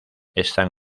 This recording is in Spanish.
están